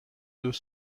deux